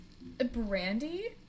Brandy